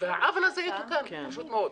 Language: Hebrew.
ושהעוול הזה יתוקן, פשוט מאוד.